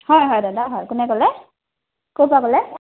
হয় হয় দাদা হয় কোনে ক'লে ক'ৰ পৰা ক'লে